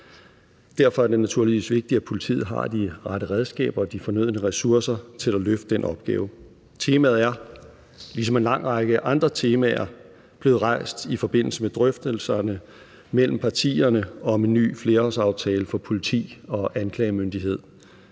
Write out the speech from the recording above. Derfor er det naturligvis vigtigt, at politiet har de rette redskaber og de fornødne ressourcer til at løfte den opgave. Temaet er, ligesom en lang række andre temaer, blevet rejst i forbindelse med drøftelserne mellem partierne om en ny flerårsaftale for politi og anklagemyndighed.